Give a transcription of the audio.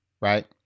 right